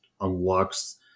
unlocks